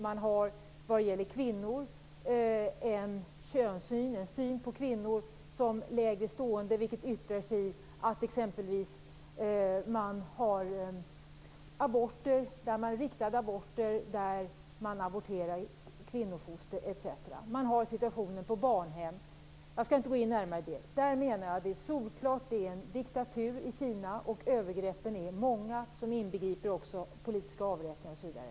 Man har en syn på kvinnor som lägre stående människor. Det yttrar sig exempelvis i riktade aborter. Man aborterar kvinnofoster etc. Jag tänker på situationen på barnhemmen, men jag skall inte gå in närmare på detta. Jag menar att det solklart är en diktatur i Kina. Övergreppen är många och inbegriper också politiska avrättningar osv.